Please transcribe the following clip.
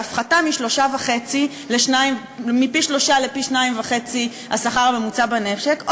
ההפחתה מפי-שלושה לפי שניים-וחצי מהשכר הממוצע במשק?